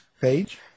page